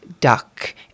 duck